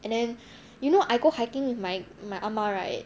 and then you know I go hiking with my my 阿嬷 right